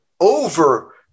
over